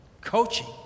coaching